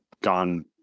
gone